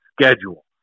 schedule